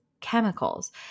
chemicals